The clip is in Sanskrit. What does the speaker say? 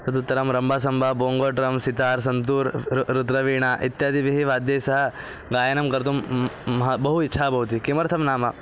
तदुत्तरं रम्बासम्बा बोङ्गोड्रम्स् सितार् सन्तूर् र् र् रुद्रवीणा इत्यादिभिः वाद्यैः सह गायनं कर्तुं मम बहु इच्छा भवति किमर्थं नाम